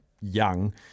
young